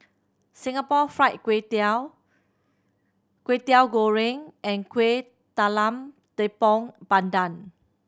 Singapore Fried Kway Tiao Kwetiau Goreng and Kueh Talam Tepong Pandan